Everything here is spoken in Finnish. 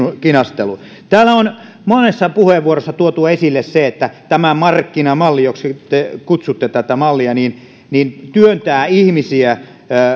kinastelu täällä on monessa puheenvuorossa tuotu esille se että tämä markkinamalli joksi te kutsutte tätä mallia työntää ihmisiä